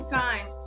time